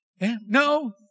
No